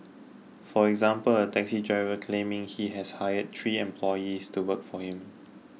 for example a taxi driver claiming he has hired three employees to work for him